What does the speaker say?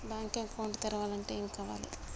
Bank account తెరవాలంటే ఏమేం కావాలి?